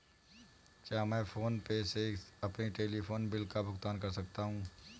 क्या मैं PhonePe से अपने टेलीफोन बिल का भुगतान कर सकता हूँ?